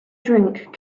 drink